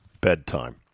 bedtime